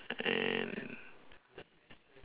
and